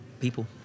people